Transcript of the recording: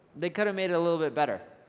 they could made it a little bit better,